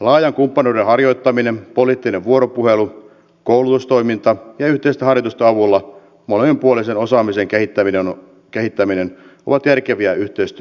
laajan kumppanuuden harjoittaminen poliittinen vuoropuhelu koulutustoiminta ja yhteisten harjoitusten avulla molemminpuolisen osaamisen kehittäminen ovat järkeviä yhteistyön muotoja